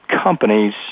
companies